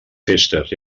festes